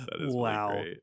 Wow